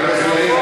חבר הכנסת ילין,